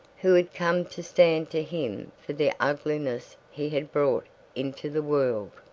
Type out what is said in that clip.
who had come to stand to him for the ugliness he had brought into the world.